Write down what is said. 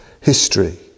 history